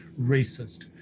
racist